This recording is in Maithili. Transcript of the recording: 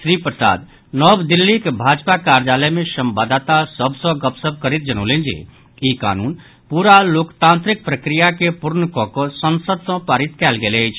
श्री प्रसाद नव दिल्लीक भाजपा कार्यालय मे संवाददाता सभ सँ गपशप करैत जनौलनि जे ई कानून पूरा लोकतांत्रिक प्रक्रिया के पूर्ण कऽ कऽ संसद सँ पारित कयल गेल अछि